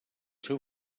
seu